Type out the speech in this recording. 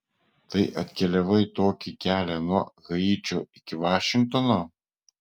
tai atkeliavai tokį kelią nuo haičio iki vašingtono